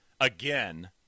again